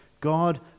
God